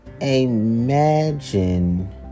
imagine